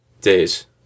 days